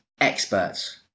experts